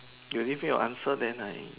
you give me your answer then I